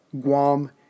Guam